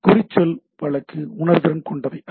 குறிச்சொற்கள் வழக்கு உணர்திறன் கொண்டவை அல்ல